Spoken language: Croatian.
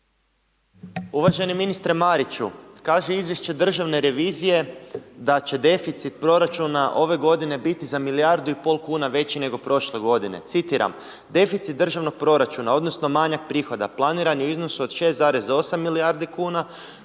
Uvaženi ministre Mariću, kaže Izvješće državne revizije da će deficit proračuna ove godine biti za milijardu i pol kuna veći nego prošle godine, citiram: „Deficit državnog proračuna odnosno manjak prihoda planirani u iznosu od 6,8 milijardi kuna